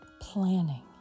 planning